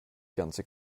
ganze